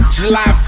July